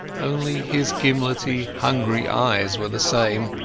only his gimlety, hungry eyes were the same.